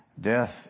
Death